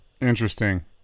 Interesting